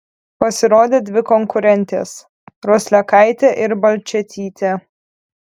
pasirodė dvi konkurentės roslekaitė ir balčėtytė